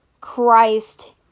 Christ